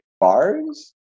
bars